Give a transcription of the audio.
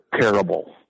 terrible